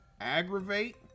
Aggravate